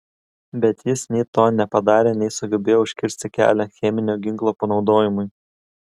bet jis nei to nepadarė nei sugebėjo užkirsti kelią cheminio ginklo panaudojimui